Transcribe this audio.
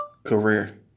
Career